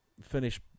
finish